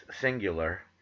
singular